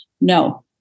No